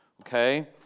okay